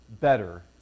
Better